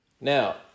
Now